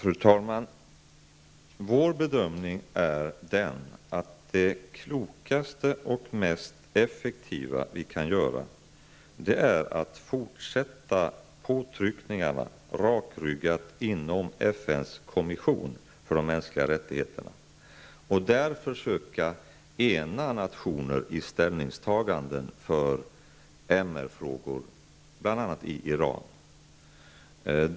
Fru talman! Vår bedömning är den att det klokaste och mest effektiva vi kan göra är att rakryggat fortsätta påtryckningarna inom FNs kommission för de mänskliga rättigheterna och där försöka ena nationer i ställningstaganden för MR-frågor, bl.a. i Iran.